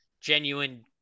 genuine